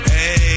Hey